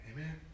Amen